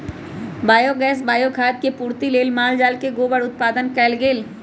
biogas, bio खाद के पूर्ति लेल माल जाल से गोबर उत्पादन कएल गेल